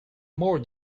more